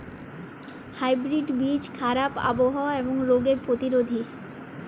hybrid বীজ খারাপ আবহাওয়া এবং রোগে প্রতিরোধী